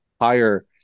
higher